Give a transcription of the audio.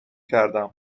کردم